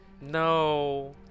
No